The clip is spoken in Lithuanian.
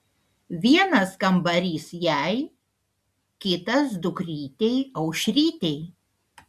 vienas kambarys jai kitas dukrytei aušrytei